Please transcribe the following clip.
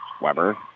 Weber